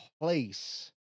place